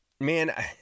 Man